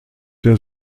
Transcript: der